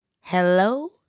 Hello